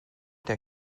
der